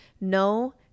no